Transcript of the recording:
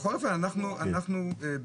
בכל אופן אנחנו בעד,